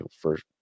first